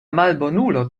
malbonulo